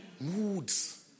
Moods